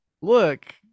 look